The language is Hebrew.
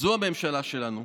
זו הממשלה שלנו.